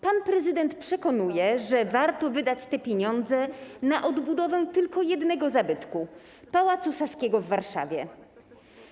Pan prezydent przekonuje, że warto wydać te pieniądze na odbudowę tylko jednego zabytku - Pałacu Saskiego w Warszawie.